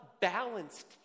balanced